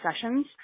sessions